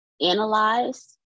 analyze